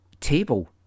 table